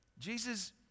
Jesus